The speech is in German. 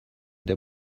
der